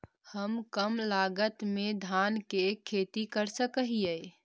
हम कम लागत में धान के खेती कर सकहिय?